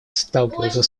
сталкиваются